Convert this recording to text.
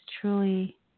truly